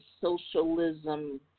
socialism